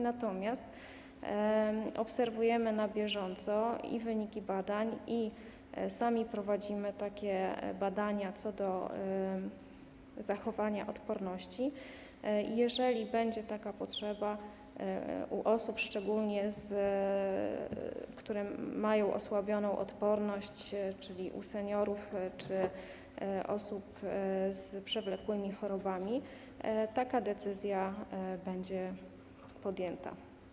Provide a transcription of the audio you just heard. Natomiast na bieżąco obserwujemy i wyniki badań, i sami prowadzimy takie badania odnośnie do zachowania odporności i jeżeli będzie taka potrzeba u osób, szczególnie u tych, które mają osłabioną odporność, czyli u seniorów czy osób z przewlekłymi chorobami, taka decyzja będzie podjęta.